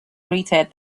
greeted